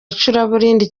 icuraburindi